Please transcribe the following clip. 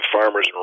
farmers